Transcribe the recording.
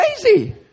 crazy